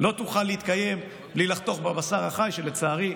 לא תוכל להתקיים בלי לחתוך בבשר החי, שלצערי,